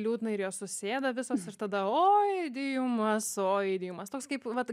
liūdna ir jos susėda visos ir tada oidiumas oidiumas toks kaip vat